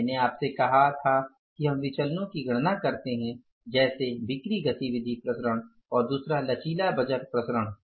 मैंने आपसे कहा था कि हम विचलनो की गणना करते हैं जैसे बिक्री गतिविधि विचरण और दूसरा लचीला बजट विचरण है